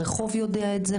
הרחוב יודע את זה,